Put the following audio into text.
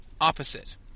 opposite